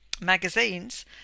magazines